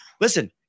Listen